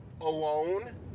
alone